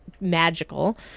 magical